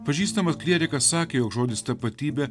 pažįstamas klierikas sakė jog žodis tapatybė